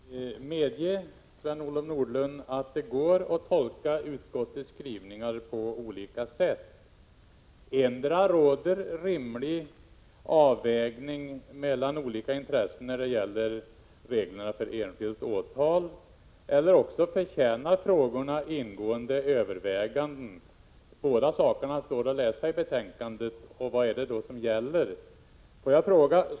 Herr talman! Medge, Sven-Olof Nordlund, att det går att tolka utskottets skrivningar på olika sätt. Antingen råder rimliga avvägningar mellan olika intressen när det gäller reglerna för enskilt åtal eller också förtjänar frågorna 137 ingående överväganden. Båda dessa påståenden står att läsa i betänkandet. Vad är det som gäller?